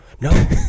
No